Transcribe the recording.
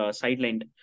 sidelined